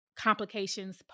Complications